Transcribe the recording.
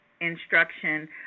instruction